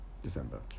december